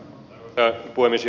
arvoisa puhemies